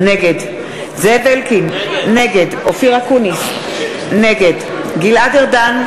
נגד זאב אלקין, נגד אופיר אקוניס, נגד גלעד ארדן,